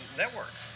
network